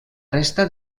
resta